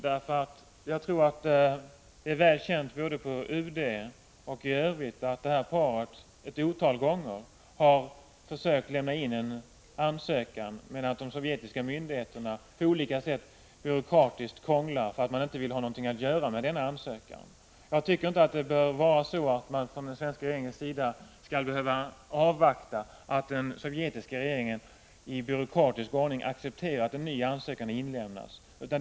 Jag tror nämligen att det är väl känt både på UD och på annat håll att det här paret ett otal gånger har försökt lämna in en ansökan, men att de sovjetiska myndigheterna på olika sätt byråkratiskt krånglar, därför att de inte vill ha något att göra med denna ansökan. Jag tycker inte att den svenska regeringen skall behöva avvakta att den sovjetiska regeringen i byråkratisk ordning accepterar att den nya ansökan inlämnas.